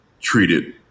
treated